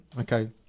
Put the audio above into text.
Okay